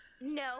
No